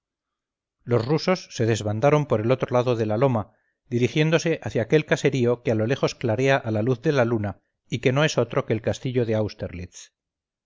los rusos se desbandaron por el otro lado de la loma dirigiéndose hacia aquel caserío que a lo lejos clarea a la luz de la luna y que no es otro que el castillo de